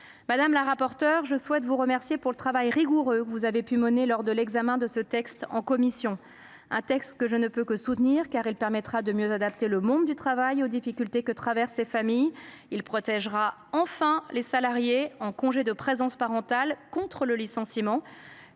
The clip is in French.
Madame la rapporteure, je vous remercie du travail rigoureux que vous avez mené lors de l’examen de ce texte en commission. Je ne puis que soutenir votre rédaction, car elle permettra de mieux adapter le monde du travail aux difficultés que traversent ces familles. Elle protégera enfin les salariés en congé de présence parentale contre le licenciement,